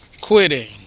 quitting